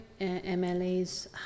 MLAs